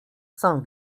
sam